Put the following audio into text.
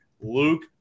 Luke